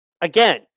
again